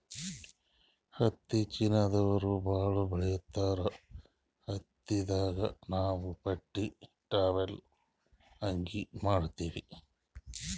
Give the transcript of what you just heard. ಹತ್ತಿ ಚೀನಾದವ್ರು ಭಾಳ್ ಬೆಳಿತಾರ್ ಹತ್ತಿದಾಗ್ ನಾವ್ ಬಟ್ಟಿ ಟಾವೆಲ್ ಅಂಗಿ ಮಾಡತ್ತಿವಿ